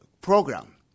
program